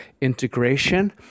integration